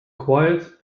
quiet